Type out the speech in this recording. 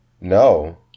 No